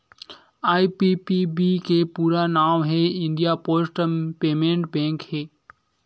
IPPB के पूरा नांव हे इंडिया पोस्ट पेमेंट बेंक हे